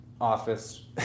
office